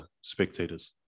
spectators